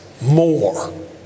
more